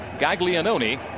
Gaglianoni